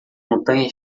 montanha